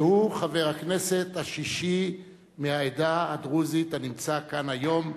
שהוא חבר הכנסת השישי מהעדה הדרוזית הנמצא כאן היום.